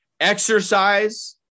exercise